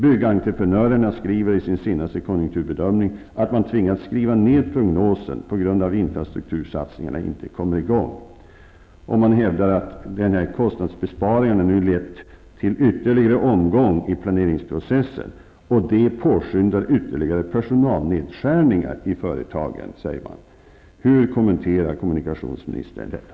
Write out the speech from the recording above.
Byggentreprenörerna skriver i sin senaste konjunkturbedömning att de tvingats skriva ned prognosen på grund av att infrastruktursatsningarna inte kommer i gång, och de hävdar att kostnadsbesparingarna nu har lett till ytterligare en omgång i planeringsprocessen, vilket påskyndar ytterligare personalnedskärningar i företagen. Hur kommenterar kommunikationsministern detta?